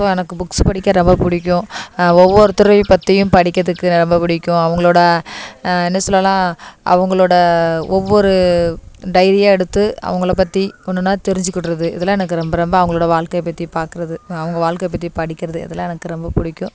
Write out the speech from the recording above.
so எனக்கு books படிக்க ரொம்ப பிடிக்கும் ஒவ்வொருத்தரையும் பற்றியும் படிக்கிறதுக்கு எனக்கு ரொம்ப பிடிக்கும் அவங்களோட நியூஸ்லலாம் அவங்களோட ஒவ்வொரு டைரியாக எடுத்து அவங்களை பற்றி ஒன்று ஒன்றா தெரிஞ்சிக்கிட்றது இதெல்லாம் எனக்கு ரொம்ப ரொம்ப அவங்களோட வாழ்க்கைய பற்றி பார்க்குறது அவங்க வாழ்க்கைய பற்றி படிக்கிறது இதெல்லாம் எனக்கு ரொம்ப பிடிக்கும்